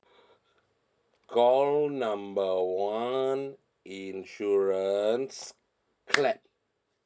call number one insurance clap